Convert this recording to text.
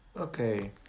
Okay